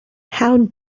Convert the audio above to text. how